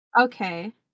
okay